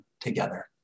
together